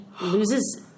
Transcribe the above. loses